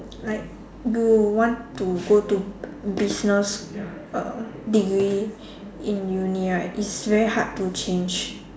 like you want to go to business uh degree in uni right it's very hard to change